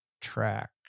track